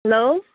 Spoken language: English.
hello